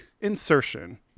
insertion